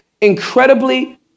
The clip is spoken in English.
incredibly